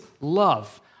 love